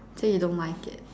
so you don't like it